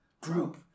group